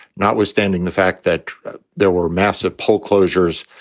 notwithstanding the fact that there were massive poll closures,